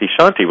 Shanti